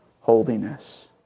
holiness